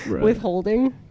Withholding